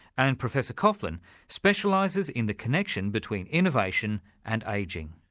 and professor coughlin specialises in the connection between innovation and ageing.